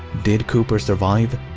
did cooper survive?